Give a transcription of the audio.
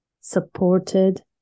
supported